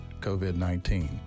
COVID-19